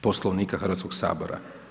Poslovnika Hrvatskoga sabora.